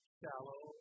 shallow